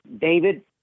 David